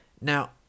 Now